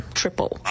triple